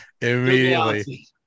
Immediately